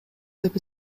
деп